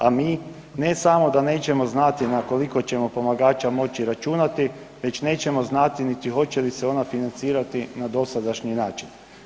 A mi ne samo da nećemo znati na koliko ćemo pomagača moći računati već nećemo znati hoće li se ona financirati na dosadašnji način.